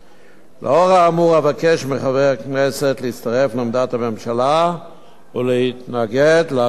לאור האמור אבקש מחברי הכנסת להצטרף לעמדת הממשלה ולהתנגד להצעת החוק.